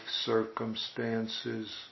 circumstances